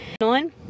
nine